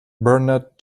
bernard